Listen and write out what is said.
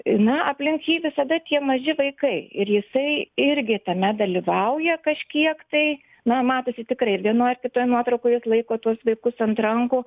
na aplink jį visada tie maži vaikai ir jisai irgi tame dalyvauja kažkiek tai na matosi tikrai vienoj kitoj nuotraukoj jis laiko tuos vaikus ant rankų